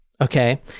Okay